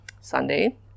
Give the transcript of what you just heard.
Sunday